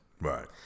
Right